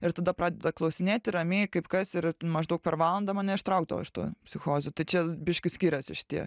ir tada pradeda klausinėti ramiai kaip kas ir maždaug per valandą mane ištraukdavo iš tų psichozių tai čia biškį skiriasi šitie